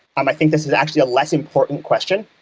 um i think this is actually a less important question.